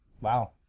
Wow